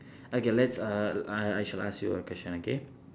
okay let's uh I I shall ask you a question okay